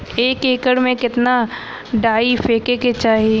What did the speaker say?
एक एकड़ में कितना डाई फेके के चाही?